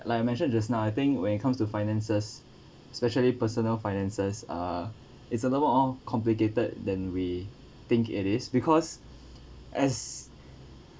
like I mentioned just now I think when it comes to finances especially personal finances uh it's a lot more complicated than we think it is because as